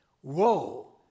Whoa